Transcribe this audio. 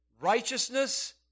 righteousness